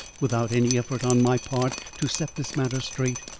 without any effort on my part to set this matter straight?